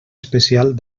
especial